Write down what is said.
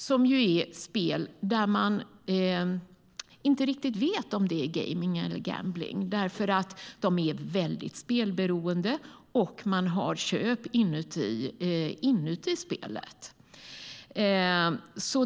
Det är spel där man inte riktigt vet om det handlar om gaming eller gambling. De orsakar ett väldigt spelberoende, och man har köp inuti spelet.